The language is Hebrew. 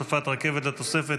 הוספת רכבת לתוספת),